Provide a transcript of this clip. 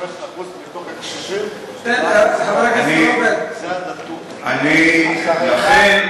45% מתוך הקשישים מתחת לקו העוני,